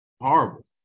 horrible